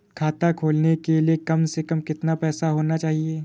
खाता खोलने के लिए कम से कम कितना पैसा होना चाहिए?